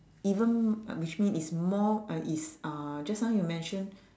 even which mean it's more uh is uh just now you mentioned